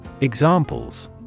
Examples